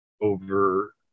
over